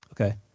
Okay